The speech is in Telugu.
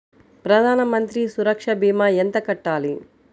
ప్రధాన మంత్రి సురక్ష భీమా ఎంత కట్టాలి?